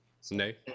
Snake